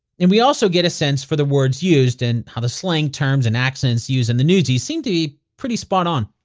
and we also get a sense for the words used, and how the slang terms and accents used in newsies seem to be pretty spot on.